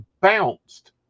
bounced